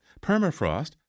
Permafrost